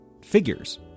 figures